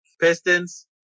Pistons